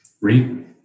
Read